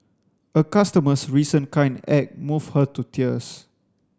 a customer's recent kind act moved her to tears